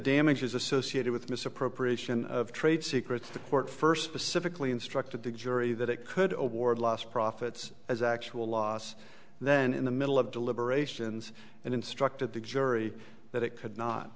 damages associated with misappropriation of trade secrets the court first specifically instructed the jury that it could oborne lost profits as actual loss and then in the middle of deliberations and instructed the jury that it could not